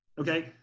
okay